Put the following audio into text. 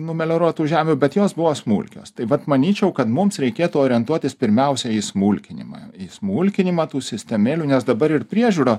numelioruotų žemių bet jos buvo smulkios tai vat manyčiau kad mums reikėtų orientuotis pirmiausia į smulkinimą smulkinimą tų sistemėlių nes dabar ir priežiūra